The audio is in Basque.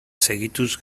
segituz